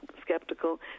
skeptical